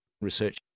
Research